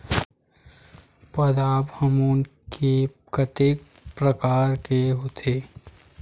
पादप हामोन के कतेक प्रकार के होथे?